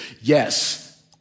yes